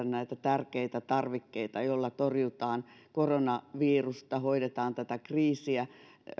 näitä tärkeitä tarvikkeita joilla torjutaan koronavirusta hoidetaan tätä kriisiä niin